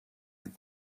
had